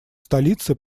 столицы